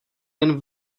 jen